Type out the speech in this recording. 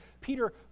Peter